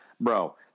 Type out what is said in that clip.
bro